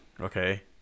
Okay